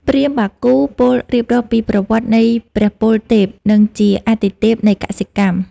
ព្រាហ្មណ៍បាគូពោលរៀបរាប់ពីប្រវត្តិនៃព្រះពលទេព ដែលជាអាទិទេពនៃកសិកម្ម។